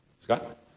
Scott